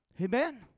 Amen